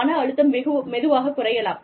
மன அழுத்தம் மெதுவாகக் குறையலாம்